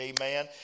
Amen